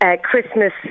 Christmas